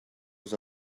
was